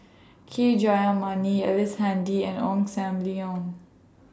K Jayamani Ellice Handy and Ong SAM Leong